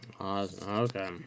Okay